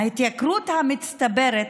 ההתייקרות המצטברת,